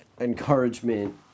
encouragement